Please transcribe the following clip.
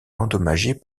endommagé